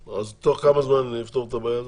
תוך כמה זמן נפתור את הבעיה הזאת?